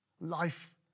Life